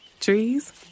Trees